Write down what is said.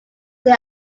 they